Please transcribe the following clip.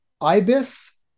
ibis